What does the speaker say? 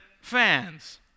fans